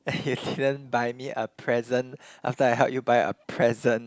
you didn't buy me a present after I help you buy a present